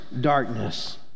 darkness